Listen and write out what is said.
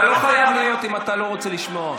אתה לא חייב להיות אם אתה לא רוצה לשמוע אותו.